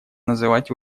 называть